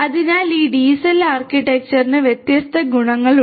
അതിനാൽ ഈ D cell ആർക്കിടെക്ചറിന് വ്യത്യസ്ത ഗുണങ്ങളുണ്ട്